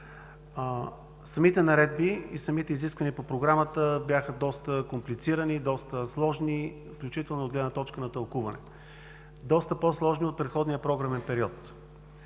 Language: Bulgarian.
срока. Наредбите и изискванията по Програмата бяха доста комплицирани, сложни, включително от гледна точка на тълкуване, доста по-сложни от предходния програмен период.